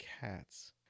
Cats